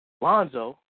Lonzo